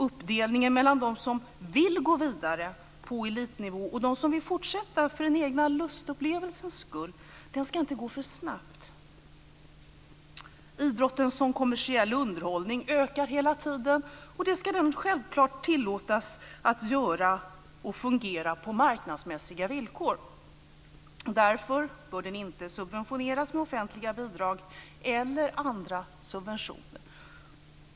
Uppdelningen mellan dem som vill gå vidare på elitnivå och dem som vill fortsätta för den egna lustupplevelsens skull ska inte ske för snabbt. Idrotten som kommersiell underhållning ökar hela tiden. Det ska den självfallet tillåtas att göra. Och den ska fungera på marknadsmässiga villkor. Därför bör den inte få offentliga bidrag eller andra subventioner.